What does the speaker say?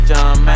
John